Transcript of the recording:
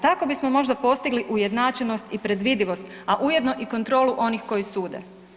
Tako bismo možda postigli ujednačenost i predvidivost, a ujedno i kontrolu onih koji sude.